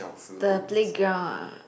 the playground ah